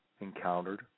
encountered